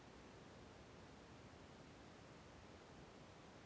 ದುಡ್ಡು ಬೇರೆಯವರಿಗೆ ಹಾಕಿದ್ದಾರೆ ಎಂಬುದು ಹೇಗೆ ತಿಳಿಸಿ?